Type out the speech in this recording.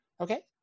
okay